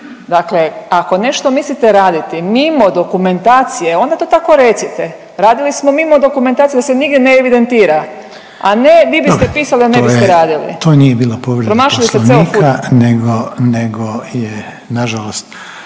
Dakle, ako nešto mislite raditi mimo dokumentacije onda to tako recite radili smo mimo dokumentacije da se nigdje ne evidentira, a ne vi biste … …/Upadica Reiner: Dobro./… … pisali a ne biste